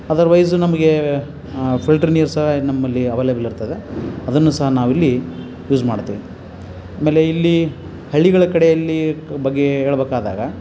otherwise ನಮಗೆ filter ನೀರು ಸಹ ನಮ್ಮಲ್ಲಿ ಅವೆಲೇಬಲಿರ್ತದೆ ಅದನ್ನು ಸಹ ನಾವು ಇಲ್ಲಿ ಯೂಸ್ ಮಾಡ್ತೇವೆ ಆಮೇಲೆ ಇಲ್ಲಿ ಹಳ್ಳಿಗಳ ಕಡೆಯಲ್ಲಿ ಕ್ ಬಗ್ಗೆ ಹೇಳಬೇಕಾದಾಗ